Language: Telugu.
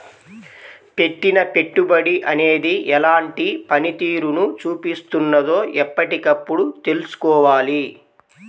పెట్టిన పెట్టుబడి అనేది ఎలాంటి పనితీరును చూపిస్తున్నదో ఎప్పటికప్పుడు తెల్సుకోవాలి